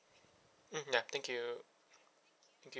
mm ya thank you thank you